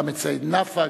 גם סעיד נפאע,